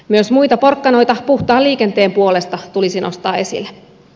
myös muita porkkanoita puhtaan liikenteen puolesta tulisi nostaa esille